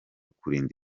kurinda